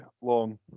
long